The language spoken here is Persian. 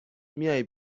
میای